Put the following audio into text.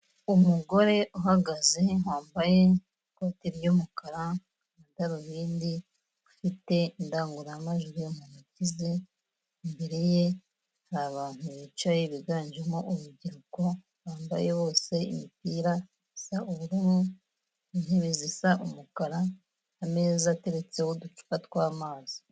Umugore uhagaze wambaye ikoti ry'umukara, amadarubindi, ufite indangurumajwi mu ntoki ze, imbere ye hari abantu bicaye biganjemo urubyiruko bambaye bose imipira isa ubururu, intebe zisa umukara, ameza ateretseho uducupa tw'amazi.